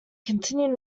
continued